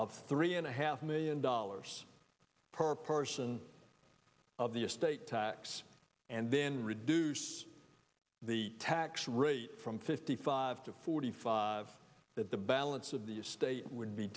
of three and a half million dollars per person of the estate tax and then reduce the tax rate from fifty five to forty five that the balance of the estate would